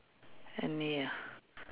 any ah